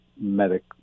Medic